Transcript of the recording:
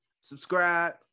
subscribe